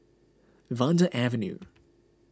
Vanda Avenue